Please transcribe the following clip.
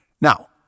Now